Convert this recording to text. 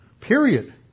Period